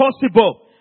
possible